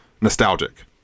nostalgic